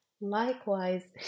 Likewise